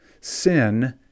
Sin